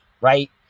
right